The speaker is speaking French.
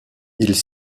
ils